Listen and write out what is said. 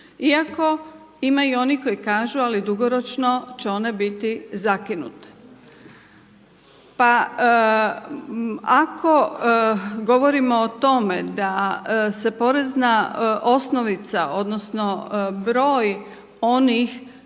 iako ima i onih koji kažu ali dugoročno će one biti zakinute. Pa ako govorimo o tome da se porezna osnovica, odnosno broj onih